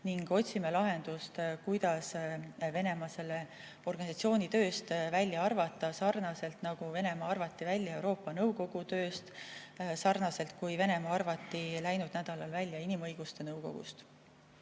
ning otsime lahendust, kuidas Venemaa selle organisatsiooni tööst välja arvata, sarnaselt nagu Venemaa arvati välja Euroopa Nõukogu tööst ja sarnaselt, nagu Venemaa arvati läinud nädalal välja inimõiguste nõukogust.